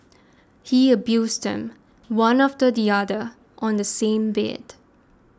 he abused them one after the other on the same bed